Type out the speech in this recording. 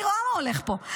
אני רואה מה הולך פה.